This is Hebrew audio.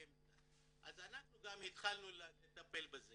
אנחנו גם התחלנו לטפל בזה